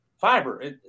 Fiber